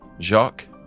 Jacques